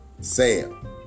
Sam